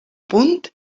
punt